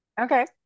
Okay